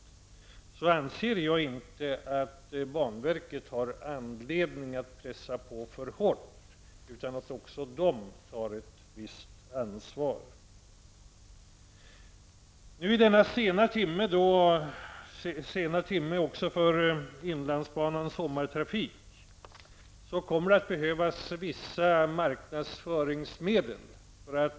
I så fall anser jag inte att banverket har anledning att pressa på alltför hårt, utan även banverket måste ta ett visst ansvar. Denna sena timme -- och då tänker jag också på inlandsbanans sommartrafik -- kommer det att behövas vissa marknadsföringsmedel.